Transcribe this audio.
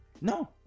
No